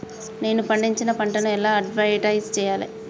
నేను పండించిన పంటను ఎలా అడ్వటైస్ చెయ్యాలే?